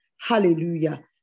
Hallelujah